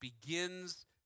begins